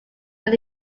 when